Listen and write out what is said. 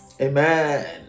amen